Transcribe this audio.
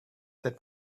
that